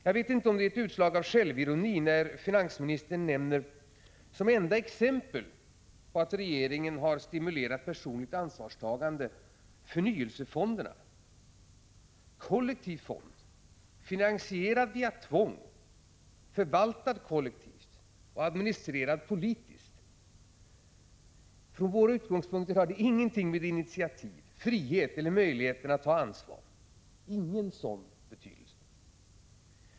Jag vet inte om det är ett utslag av självironi, när finansministern som enda exempel på att regeringen har stimulerat personligt ansvarstagande nämner förnyelsefonderna. Det är kollektiva fonder, finansierade via tvång, förvaltade kollektivt och politiskt administrerade. Från våra utgångspunkter har de ingenting med initiativ, frihet eller möjlighet att ta ansvar att göra.